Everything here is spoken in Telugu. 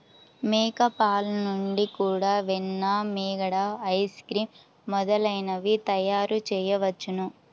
మేక పాలు నుండి కూడా వెన్న, మీగడ, ఐస్ క్రీమ్ మొదలైనవి తయారుచేయవచ్చును